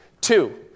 Two